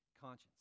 conscience